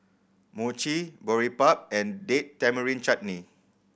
Mochi Boribap and Date Tamarind Chutney